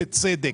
בצדק.